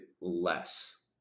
less